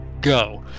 Go